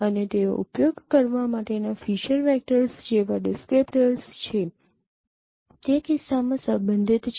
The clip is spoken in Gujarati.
અને તેઓ ઉપયોગ કરવા માટેનાં ફીચર વેક્ટર્સ જેવા ડિસ્ક્રીપ્ટર્સ છે તે કિસ્સામાં સંબંધિત છે